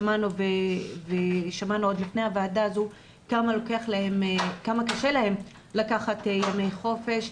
שמענו עוד לפני הוועדה כמה קשה להן לקחת ימי חופש.